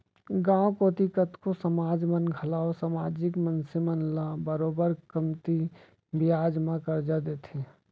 गॉंव कोती कतको समाज मन घलौ समाजिक मनसे मन ल बरोबर कमती बियाज म करजा देथे